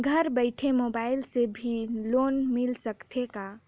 घर बइठे मोबाईल से भी लोन मिल सकथे का?